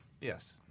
Yes